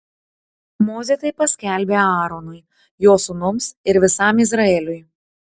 mozė tai paskelbė aaronui jo sūnums ir visam izraeliui